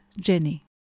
Jenny